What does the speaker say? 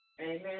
Amen